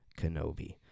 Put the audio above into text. Kenobi